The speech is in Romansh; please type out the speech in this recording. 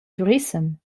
turissem